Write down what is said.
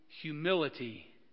humility